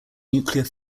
nuclear